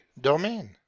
domain